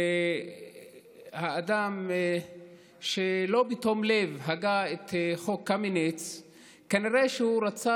כנראה האדם שהגה את חוק קמיניץ רצה,